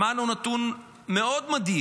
שמענו נתון מאוד מדאיג: